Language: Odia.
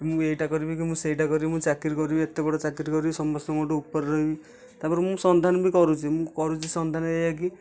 ମୁଁ ଏଇଟା କରିବି କି ମୁଁ ସେଇଟା କରିବି ମୁଁ ଚାକିରି କରିବି ଏତେ ବଡ଼ ଚାକିରି କରିବି ସମସ୍ତଙ୍କଠୁ ଉପରେ ରହିବି ତାପରେ ମୁଁ ସନ୍ଧାନ ବି କରୁଛି ମୁଁ କରୁଛି ସନ୍ଧାନ ଏୟା କି